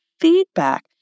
feedback